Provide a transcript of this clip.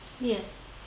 yes